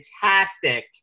fantastic